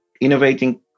innovating